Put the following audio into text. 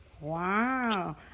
Wow